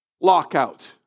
lockout